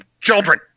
children